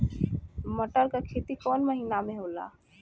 मटर क खेती कवन महिना मे होला?